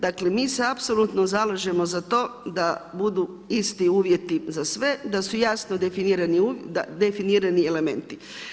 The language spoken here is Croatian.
Dakle mi se apsolutno zalažemo za to da budu isti uvjeti za sve, da su jasno definirani elementi.